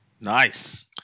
Nice